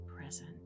present